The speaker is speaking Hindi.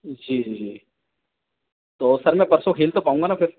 जी जी तो सर मैं परसो खेल तो पाऊँगा ना फ़िर